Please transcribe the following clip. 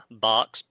box